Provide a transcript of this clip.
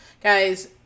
Guys